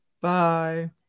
bye